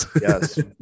Yes